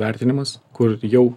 vertinimas kur jau